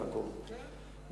יעקב,